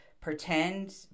pretend